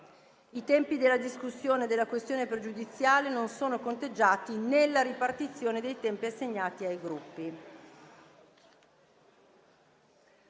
I tempi della discussione della questione pregiudiziale non sono conteggiati nella ripartizione dei tempi assegnati ai Gruppi.